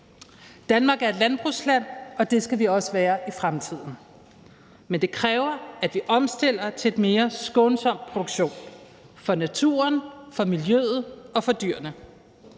Danmark er et landbrugsland, og det skal vi også være i fremtiden, men det kræver, at vi omstiller til en mere skånsom produktion for naturen, for miljøet og for dyrene.